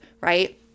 right